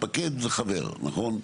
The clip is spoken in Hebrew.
להתפקד זה חבר, נכון?